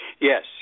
Yes